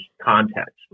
context